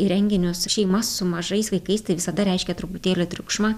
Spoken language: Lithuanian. į renginius šeimas su mažais vaikais tai visada reiškia truputėlį triukšmą